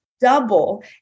double